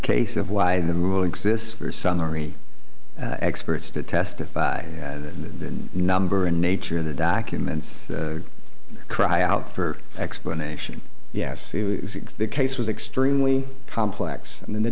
case of why the rule exists for summary experts to testify the number in nature the documents cry out for explanation yes the case was extremely complex and the